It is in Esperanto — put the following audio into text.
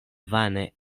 vane